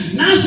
Now